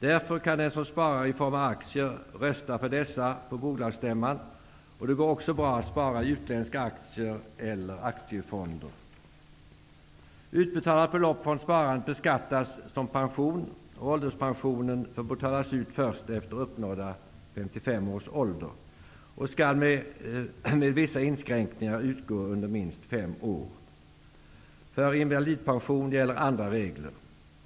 Därför kan den som sparar i form av aktier rösta för dessa på bolagsstämman, och det går också bra att spara i utländska aktier eller aktiefonder. Utbetalat belopp från sparandet beskattas som pension, och ålderspensionen får betalas ut först efter uppnådda 55 års ålder och skall med vissa inskränkningar utgå under minst fem år. För invalidpension gäller andra regler.